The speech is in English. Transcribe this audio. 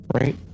Right